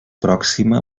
pròxima